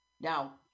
Now